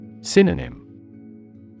Synonym